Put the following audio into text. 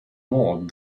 maud